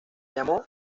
llamó